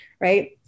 Right